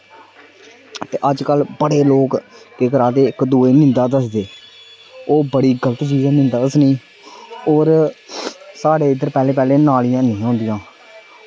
ते अजकल्ल बड़े लोग केह् करा'रदे इक दुओ गी नींदा दस्सदे ओह् बड़ी गल्त चीज ऐ नींदा दस्सने गी होर साढ़े इद्धर पैह्लें पैह्लें नालियां निं हियां होंदियां